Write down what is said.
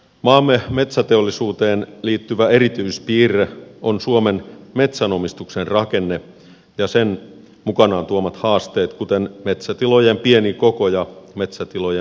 maamme metsäteollisuuteen liittyvä erityispiirre on suomen metsänomistuksen rakenne ja sen mukanaan tuomat haasteet kuten metsätilojen pieni koko ja metsätilojen sukupolvenvaihdokset